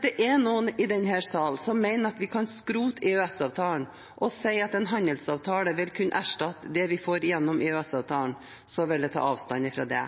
det er noen i denne sal som mener at vi kan skrote EØS-avtalen, og sier at en handelsavtale vil kunne erstatte det vi får gjennom EØS-avtalen, vil jeg ta avstand fra det.